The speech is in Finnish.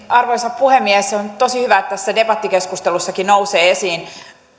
arvoisa puhemies on tosi hyvä että tässä debattikeskustelussakin nousee esiin